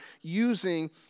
using